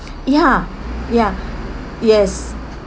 ya ya yes